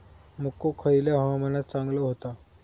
मको खयल्या हवामानात चांगलो होता?